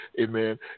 amen